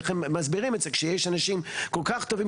איך הם מסבירים את זה כשיש אנשים כל כך טובים